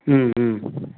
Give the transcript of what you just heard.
ம் ம்